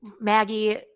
Maggie